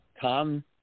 Tom